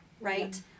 right